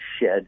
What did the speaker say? shed